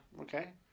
okay